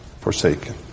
forsaken